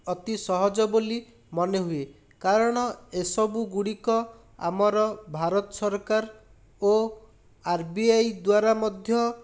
ଅତି ସହଜ ବୋଲି ମନେହୁଏ କାରଣ ଏସବୁଗୁଡ଼ିକ ଆମର ଭାରତ ସରକାର ଓ ଆର୍ ବି ଆଇ ଦ୍ଵାରା ମଧ୍ୟ